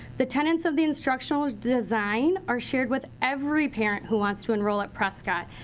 the tenants of the instructional design are shared with every parent who wants to enroll at prescott.